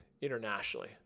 internationally